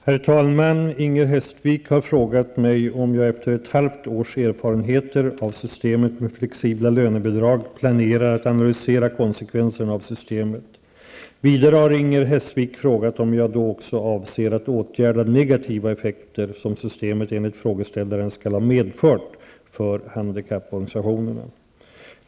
Herr talman! Inger Hestvik har frågat mig om jag efter ett halvt års erfarenheter av systemet med flexibla lönebidrag planerar att analysera konsekvenserna av det systemet. Vidare har Inger Hestvik frågat om jag då också avser att åtgärda negativa effekter, som systemet enligt frågeställaren skall ha medfört för handikapporganisationerna.